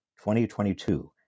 2022